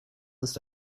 ist